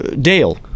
Dale